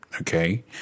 Okay